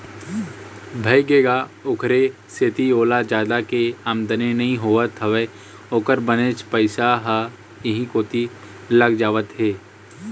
भइगे गा ओखरे सेती ओला जादा के आमदानी नइ होवत हवय ओखर बनेच पइसा ह इहीं कोती लग जावत हे